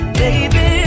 baby